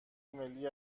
ملی